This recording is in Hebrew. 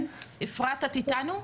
אפרת, את איתנו?